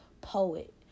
poet